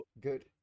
good